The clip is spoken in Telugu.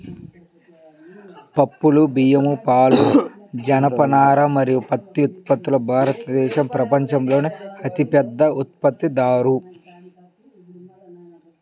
పప్పులు, బియ్యం, పాలు, జనపనార మరియు పత్తి ఉత్పత్తిలో భారతదేశం ప్రపంచంలోనే అతిపెద్ద ఉత్పత్తిదారు